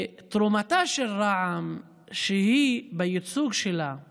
תרומתה של רע"מ היא שבייצוג שלה היא